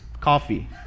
coffee